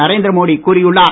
நரேந்திர மோடி கூறியுள்ளார்